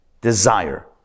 desire